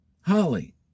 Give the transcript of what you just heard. holly